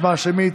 הצבעה שמית.